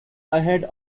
ahead